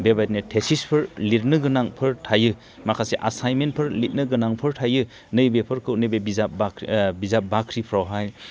बेबादिनो टेसिसफोर लिरनो गोनांफोर थायो माखासे आसाइन्टमेन्टफोर लिरनो गोनांफोर थायो नै बेफोरखौ नैबे बिजाब बाख्रिफ्रावहाय